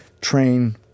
train